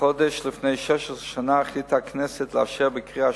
החודש לפני 16 שנה החליטה הכנסת לאשר בקריאה